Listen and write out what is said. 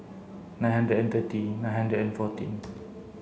nine hundred and thirty nine hundred and fourteen